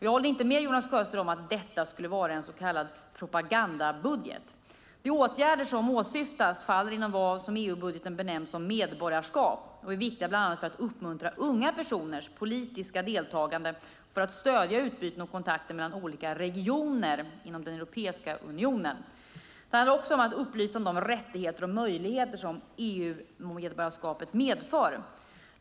Jag håller inte med Jonas Sjöstedt om att detta skulle vara en så kallad propagandabudget. De åtgärder som åsyftas faller inom vad som i EU-budgeten benämns "medborgarskap" och är viktiga bland annat för att uppmuntra unga personers politiska deltagande och för att stödja utbyten och kontakter mellan olika regioner inom Europeiska unionen. Det handlar också om att upplysa om de rättigheter och möjligheter som EU-medborgarskapet medför.